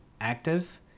active